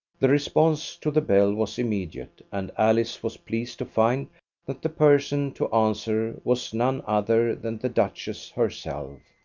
the response to the bell was immediate, and alice was pleased to find that the person to answer was none other than the duchess herself.